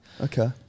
Okay